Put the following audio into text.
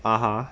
(uh huh)